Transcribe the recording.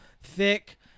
thick